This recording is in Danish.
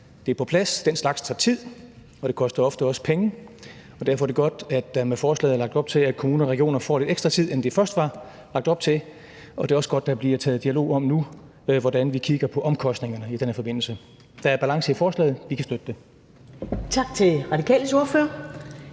det er på plads. Den slags ting tager tid, og det koster også ofte penge. Derfor er det godt, at der med forslaget er lagt op til, at kommuner og regioner får lidt mere tid, end der først var lagt op til, og det er også godt, at der nu bliver taget en dialog om, hvordan vi kigger på omkostningerne i den her forbindelse. Der er balance i forslaget. Vi kan støtte det.